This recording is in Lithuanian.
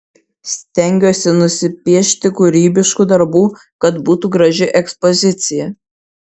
stengiuosi nusipiešti kūrybiškų darbų kad būtų graži ekspozicija